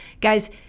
Guys